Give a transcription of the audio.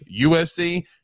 USC